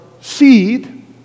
seed